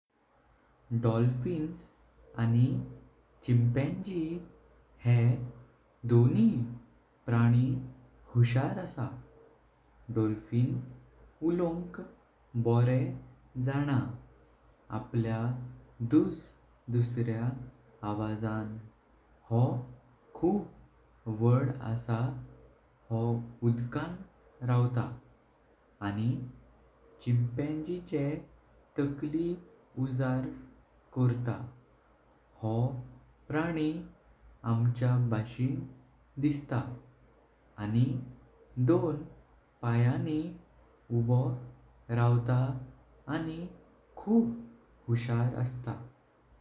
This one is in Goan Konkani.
डॉल्फिन्स आनी चिम्पांजींस ह्ये दोनी प्राणी हुशार असा, डॉल्फिन उलोंक बोरेम जाणां आपल्या दुस दुसऱ्या आवाजान हो खूब आवड असा हो उडकां रहता। आनी चिम्पांजीचे टकलि उजाड कोरतां हो प्राणी आमच्या बाशिन दिसता आनी दोन पायानी उभो रहता आनी खूब हुशार अस्ता।